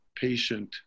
patient